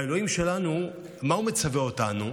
והאלוהים שלנו, מה הוא מצווה אותנו?